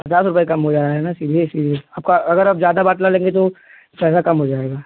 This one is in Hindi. पचास रुपये कम हो जा रहा है ना सीधे सीधे आपका अगर आप ज़्यादा बाटला लेंगे तो ज़्यादा कम हो जाएगा